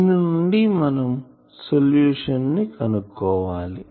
దీని నుండి మనం సొల్యూషన్ ని కనుక్కోవాలి